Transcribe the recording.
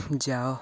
ଯାଅ